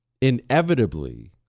inevitably